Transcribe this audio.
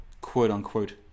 quote-unquote